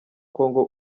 congo